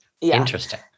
Interesting